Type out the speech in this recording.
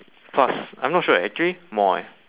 plus I'm not sure uh actually more eh